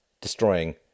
destroying